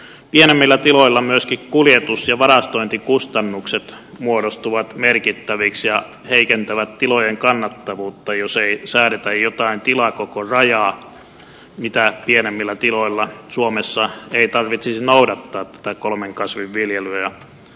pienemmillä tiloilla myöskin kuljetus ja varastointikustannukset muodostuvat merkittäviksi ja heikentävät tilojen kannattavuutta jos ei säädetä jotain tilakokorajaa mitä pienemmillä tiloilla suomessa ei tarvitsisi noudattaa tätä kolmen kasvin viljelyä